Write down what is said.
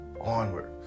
onward